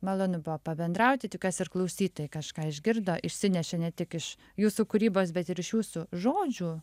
malonu pabendrauti tikiuosi ir klausytojai kažką išgirdo išsinešė ne tik iš jūsų kūrybos bet ir iš jūsų žodžių